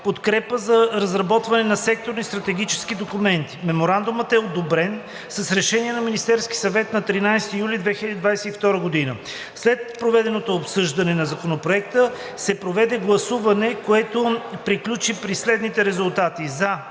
подкрепа за разработване на секторни стратегически документи. Меморандумът е одобрен с решение на Министерския съвет на 13 юли 2022 г. След проведеното обсъждане на Законопроекта се проведе гласуване, което приключи при следните резултати: